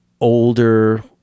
older